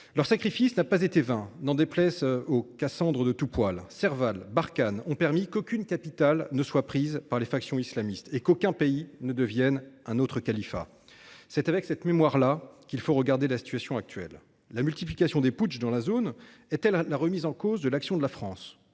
Leur sacrifice n’a pas été vain, n’en déplaise aux Cassandre de tout poil. Serval et Barkhane ont permis qu’aucune capitale ne soit prise par les factions islamistes et qu’aucun pays ne devienne un autre califat. C’est en gardant cela en mémoire qu’il faut examiner la situation actuelle. La multiplication des putschs dans la zone sahélienne est elle la remise en cause de l’action de la France ?